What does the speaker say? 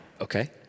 Okay